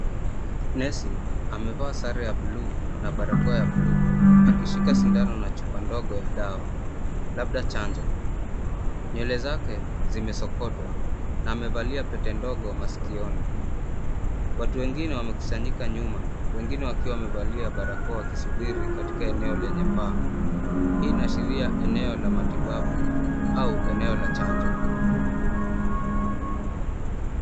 Nesi amevaa sare ya bluu na barakoa ya bluu akishika sindano na chupa ndogo ya dawa labda chanjo. Nywele zake zimesokotwa na amevalia pete ndogo masikioni. Watu wengine wamekusanyika nyuma, wengine wakiwa wamevalia barakoa wakisubiri katika eneo lenye paa. Hii inaashiria eneo la matibabu au eneo la chanjo.